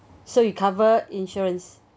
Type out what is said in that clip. so you cover insurance